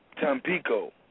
Tampico